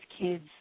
kids